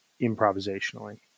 improvisationally